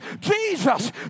Jesus